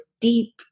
deep